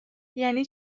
یعنی